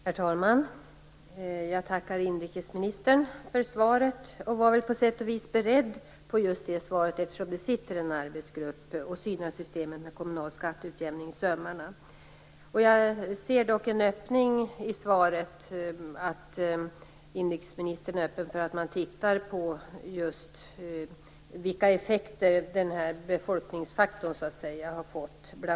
Herr talman! Jag tackar inrikesministern för detta svar. Jag var på sätt och vis beredd på det. Det sitter ju en arbetsgrupp och synar systemet med kommunal skatteutjämning i sömmarna. Jag ser dock en öppning i svaret, att inrikesministerns är öppen för att man tittar på just vilka effekter bl.a. den här befolkningsfaktorn har fått.